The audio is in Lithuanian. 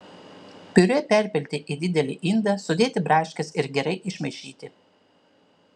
piurė perpilti į didelį indą sudėti braškes ir gerai išmaišyti